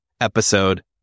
episode